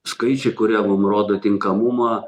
skaičiai kurie mum rodo tinkamumą